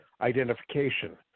identification